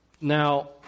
Now